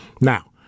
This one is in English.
now